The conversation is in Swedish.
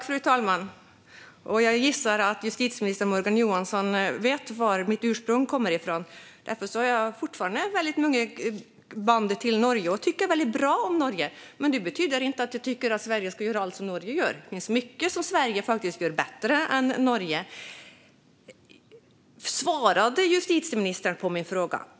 Fru talman! Jag gissar att justitieminister Morgan Johansson vet var jag har mitt ursprung. Jag har fortfarande väldigt många band till Norge och tycker väldigt bra om Norge, men det betyder inte att jag tycker att Sverige ska göra allt som Norge gör. Det finns mycket som Sverige faktiskt gör bättre än Norge. Svarade justitieministern på min fråga?